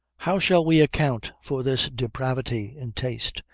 how shall we account for this depravity in taste?